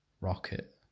rocket